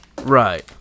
Right